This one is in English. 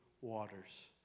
waters